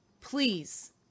please